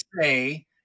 say